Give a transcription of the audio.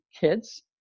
kids